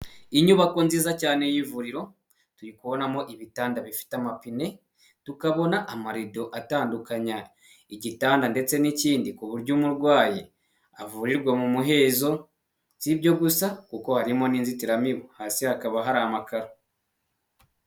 Inyubako nziza cyane y'ivuriro turi kubonamo ibitanda bifite amapine, tukabona amarido atandukanya, igitanda ndetse n'ikindi, ku buryo umurwayi avurirwa mu muhezo, si ibyo gusa kuko harimo n'inzitiramibu hasi hakaba hari amakaro.